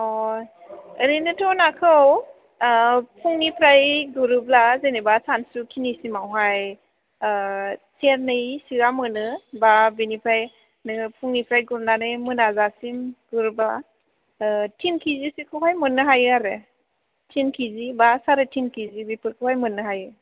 अ ओरैनोथ' नाखौ फुंनिफ्राय गुरोब्ला जेनेबा सानसु खिनिसिमावहाय सेरनैसोया मोनो बा बिनिफ्राय नोङो फुंनिफ्राय गुरनानै मोनाजासिम गुरोबा थिन किजि सोखौहाय मोननो हायो आरो थिन किजिबा साराय थिन किजि बेफोरखौहाय मोननो हायो